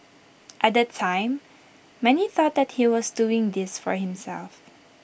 at that time many thought that he was doing this for himself